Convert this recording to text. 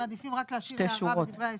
אז אתם מעדיפים רק להשאיר הערה בדברי ההסבר?